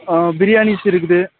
ஆ பிரியாணி இருக்குது